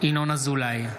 ינון אזולאי,